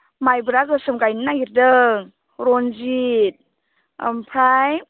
माइब्रा गोसोम गायनो नागिरदों रन्जित ओमफ्राय